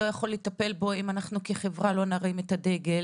לא יכול לטפל בו אם אנחנו כחברה לא נרים את הדגל.